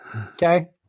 Okay